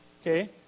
Okay